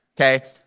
okay